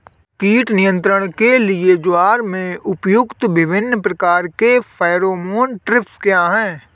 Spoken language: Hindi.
कीट नियंत्रण के लिए ज्वार में प्रयुक्त विभिन्न प्रकार के फेरोमोन ट्रैप क्या है?